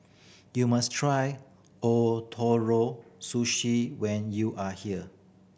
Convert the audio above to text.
you must try Ootoro Sushi when you are here